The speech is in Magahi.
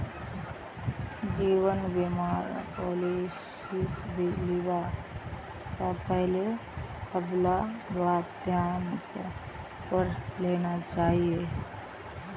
जीवन बीमार पॉलिसीस लिबा स पहले सबला बात ध्यान स पढ़े लेना चाहिए